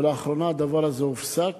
ולאחרונה הדבר הזה הופסק.